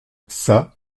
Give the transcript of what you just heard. c’est